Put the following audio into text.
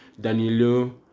Danilo